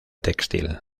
textil